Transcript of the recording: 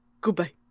Goodbye